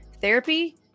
therapy